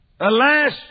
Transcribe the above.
Alas